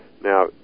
Now